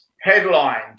headlined